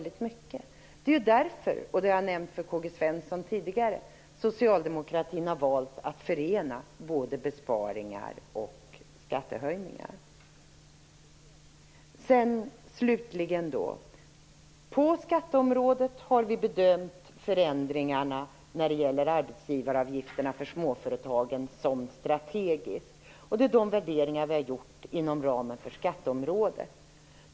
Det är därför - det har jag nämnt för K-G Svenson tidigare - som socialdemokratin har valt att förena besparingar och skattehöjningar. Slutligen: På skatteområdet har vi bedömt förändringarna när det gäller arbetsgivaravgifterna för småföretagen som strategiska. Det är de värderingar vi har gjort inom ramen för skatteområdet.